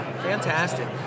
Fantastic